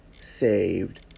saved